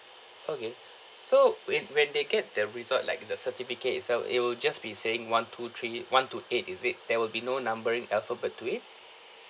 okay so when when they get their result like the certificate itself it will just be saying one two three one to eight is it there will be no numbering alphabet to it